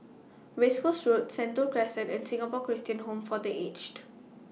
Race Course Road Sentul Crescent and Singapore Christian Home For The Aged